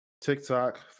TikTok